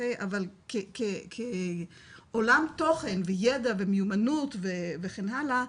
אבל כעולם תוכן וידע ומיומנות וכן הלאה,